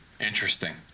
Interesting